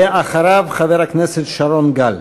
ואחריו, חבר הכנסת שרון גל.